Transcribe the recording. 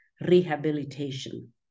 rehabilitation